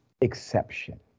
exception